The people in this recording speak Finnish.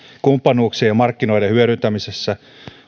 kumppanuuksien ja markkinoiden hyödyntämisessä